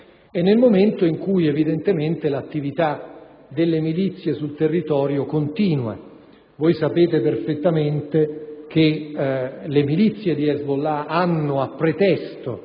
e in cui evidentemente l'attività delle milizie sul territorio continua. Sapete perfettamente che le milizie di Hezbollah hanno preso